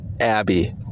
Abby